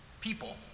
people